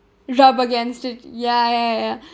rub against it ya ya ya ya